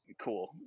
Cool